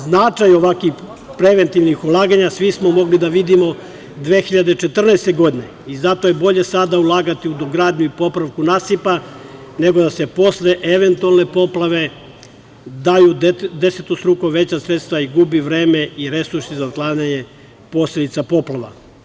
Značaj ovakvih preventivnih ulaganja svi smo mogli da vidimo 2014. godine, i zato je bolje sada ulagati u dogradnju i popravku nasipa, nego da se posle eventualne poplave daju desetostruko veća sredstva i gubi vreme i resursi za otklanjanje posledica poplava.